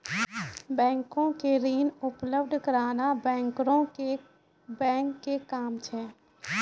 बैंको के ऋण उपलब्ध कराना बैंकरो के बैंक के काम छै